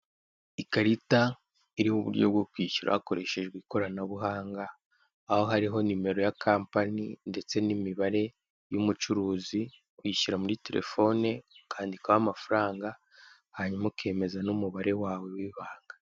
Ikarita iriho uburyo bwo kwishyura hakoreshejwe ikoranabuhanga, aho hariho nomero ya kampani ndetse n'imibare y'umucuruzi; wishyura muri terefone ukandikaho amafaranga, hanyuma ukemeza n'umubare wawe w'ibanga.